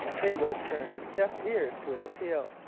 they would have turned deaf ears to his appeal,